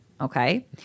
okay